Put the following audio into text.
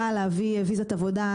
התהליך מאוד קצר.